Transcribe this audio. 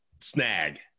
snag